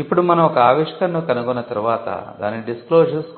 ఇప్పుడు మనం ఒక ఆవిష్కరణను కనుగొన్న తర్వాత దాని డిస్క్లోసర్స్